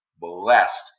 blessed